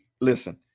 listen